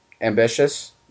ambitious